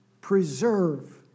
preserve